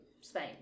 Spain